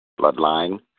bloodline